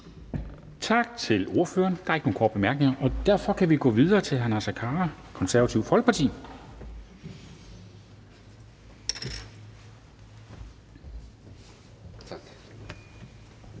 Tak til ordføreren. Der er ikke nogen korte bemærkninger, og derfor kan vi gå videre til hr. Henrik Dahl, Liberal Alliance. Kl.